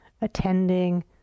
attending